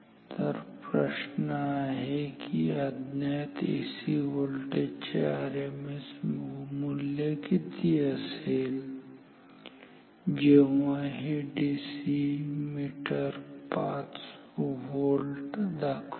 तर प्रश्न आहे की अज्ञात एसी व्होल्टेज चे आरएमएस मूल्य किती असेल जेव्हा हे डीसी मीटर 5 व्होल्ट दाखवेल